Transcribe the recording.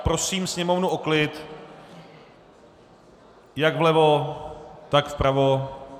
Prosím sněmovnu o klid jak vlevo, tak vpravo...